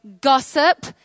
gossip